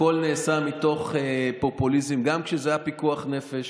הכול נעשה מתוך פופוליזם, גם כשזה היה פיקוח נפש.